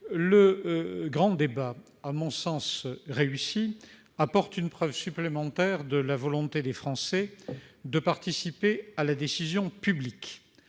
Le grand débat, à mon sens réussi, apporte une preuve supplémentaire de la volonté des Français de participer à la décision publique.